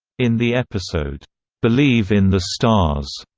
in the episode believe in the stars,